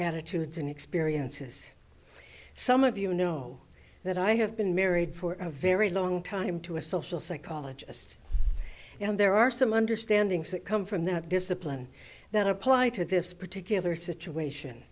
attitudes and experiences some of you know that i have been married for a very long time to a social psychologist and there are some understanding's that come from that discipline that apply to this particular situation